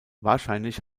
wahrscheinlich